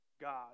God